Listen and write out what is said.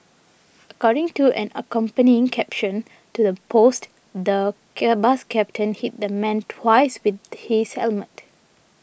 according to an accompanying caption to the post the bus captain hit the man twice with his helmet